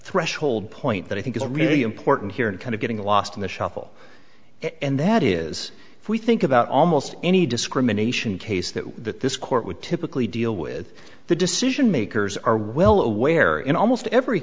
threshold point that i think is really important here and kind of getting lost in the shuffle and that is if we think about almost any discrimination case that that this court would typically deal with the decision makers are well aware in almost every